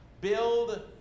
Build